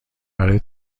برای